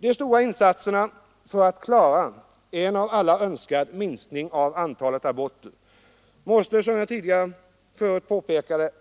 De stora insatserna för att åstadkomma en av alla önskad minskning av antalet aborter måste, såsom jag tidigare påpekat,